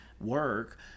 work